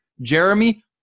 jeremy